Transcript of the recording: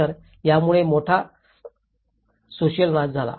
तर यामुळे मोठा सोसिअल नाश झाला आहे